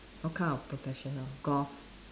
what kind of professional golf